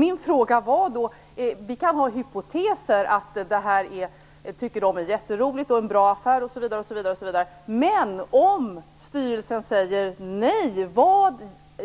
Min fråga var: Vi kan ha hypoteser om att AB Tipstjänst tycker att detta är en bra affär osv., men om styrelsen säger nej, vad